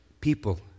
People